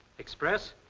express?